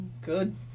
good